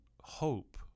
hope